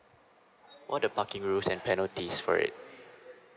what the parking rules and penalty for it